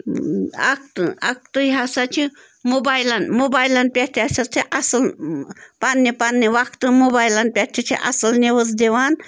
اَکھتُہ اَکھتُے ہسا چھِ موبایلَن موبایلَن پٮ۪ٹھ تہِ ہسا چھِ اَصٕل پنٛنہِ پنٛنہِ وقتہٕ موبایلَن پٮ۪ٹھ تہِ چھِ اَصٕل نِوٕز دِوان